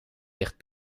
licht